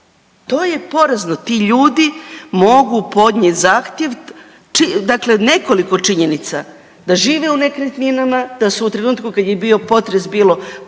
to je porazno. Ti ljudi mogu podnijet zahtjev, dakle nekoliko činjenica, da žive u nekretninama, da su u trenutku kad je bio potres bilo